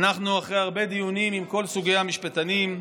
אחרי הרבה דיונים עם כל סוגי המשפטנים,